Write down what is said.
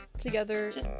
Together